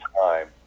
time